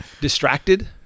distracted